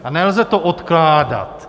A nelze to odkládat.